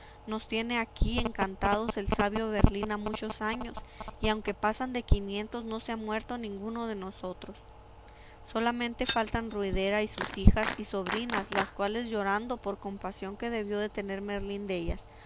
nos tiene aquí encantados el sabio merlín ha muchos años y aunque pasan de quinientos no se ha muerto ninguno de nosotros solamente faltan ruidera y sus hijas y sobrinas las cuales llorando por compasión que debió de tener merlín dellas